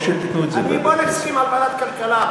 בוא נסכים על ועדת הכלכלה.